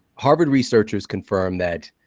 harvard researchers confirmed that,